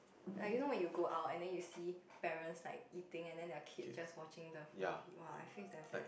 like you know when you go out and then you see parents like eating and then their kids just watching the phone !wah! I feel it's damn sad